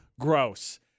Gross